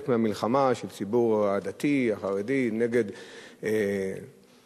מהמלחמה של הציבור הדתי החרדי נגד פתיחות,